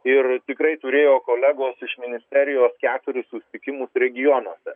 ir tikrai turėjo kolegos iš ministerijos keturis susitikimus regionuose